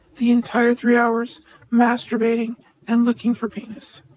the entire three hours masturbating and looking for penis.